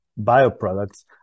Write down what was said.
bioproducts